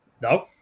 No